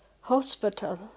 hospital